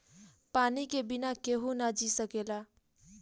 पानी के बिना केहू ना जी सकेला